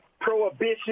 prohibition